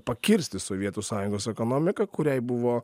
pakirsti sovietų sąjungos ekonomiką kuriai buvo